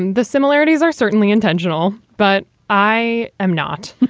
and the similarities are certainly intentional, but i am not.